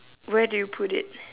where do you put it